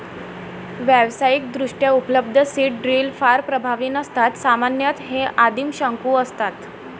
व्यावसायिकदृष्ट्या उपलब्ध seed drill फार प्रभावी नसतात सामान्यतः हे आदिम शंकू असतात